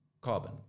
Carbon